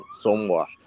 somewhat